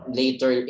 later